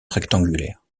rectangulaire